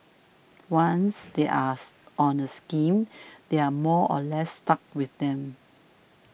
once they us on the scheme they are more or less stuck with them